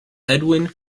edwin